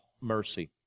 mercy